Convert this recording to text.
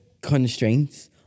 constraints